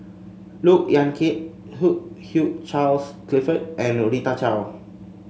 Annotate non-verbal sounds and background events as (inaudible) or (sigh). Look Yan Kit (unintelligible) Hugh Charles Clifford and Rita Chao